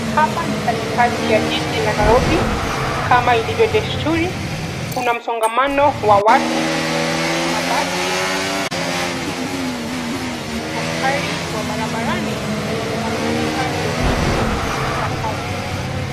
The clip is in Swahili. Hapa ni katikati ya jiji la Nairobi. Kama ilivyo desturi kuna msongamano wa watu, mabasi na pikipiki. Askari wa barabarani wameshika doria ipasavyo.